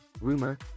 Rumor